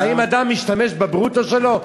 האם אדם משתמש בברוטו שלו?